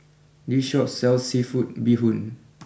this Shop sells Seafood Bee Hoon